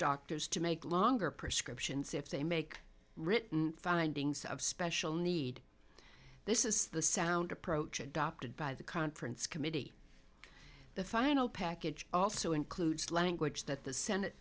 doctors to make longer prescriptions if they make written findings of special need this is the sound approach adopted by the conference committee the final package also includes language that the senate